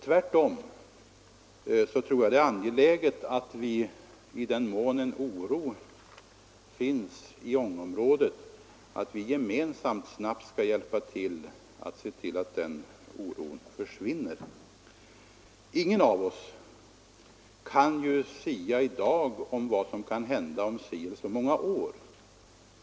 Tvärtom tror jag att det är angeläget att vi, i den mån det finns en oro i Ångeområdet, gemensamt snabbt hjälper till att se till att den oron försvinner. Ingen av oss kan i dag sia om vad som kan hända om ett visst antal år.